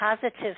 positive